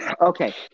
Okay